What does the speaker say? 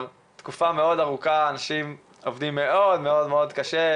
תקופה ארוכה האנשים שם עובדים מאוד קשה,